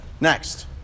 Next